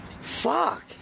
Fuck